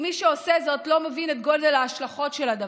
ומי שעושה זאת לא מבין את גודל ההשלכות של הדבר.